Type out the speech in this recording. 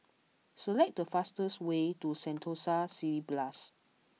select the fastest way to Sentosa Cineblast